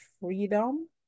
freedom